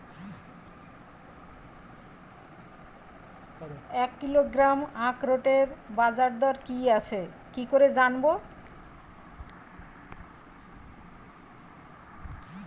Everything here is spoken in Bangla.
এক কিলোগ্রাম আখরোটের বাজারদর কি আছে কি করে জানবো?